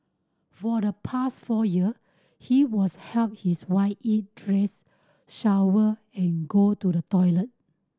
for the past four year he was helped his wife eat dress shower and go to the toilet